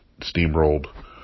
steamrolled